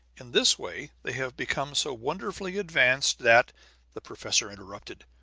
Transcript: in this way they have become so wonderfully advanced that the professor interrupted.